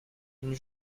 une